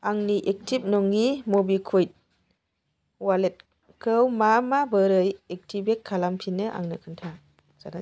आंनि एक्टिभ नङि मबिकुइक वालेटखौ मा माबोरै एक्टिभेट खालामफिनो आंनो खिन्था